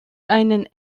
einen